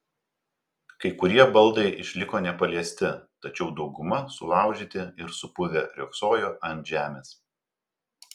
kai kurie baldai išliko nepaliesti tačiau dauguma sulaužyti ir supuvę riogsojo ant žemės